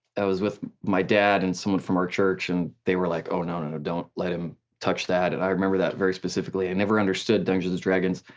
i was with my dad and someone from our church and they were like oh no no, don't let him touch that, and i remembered that very specifically, i never understood dungeons and dragons.